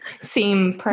seem